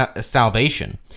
salvation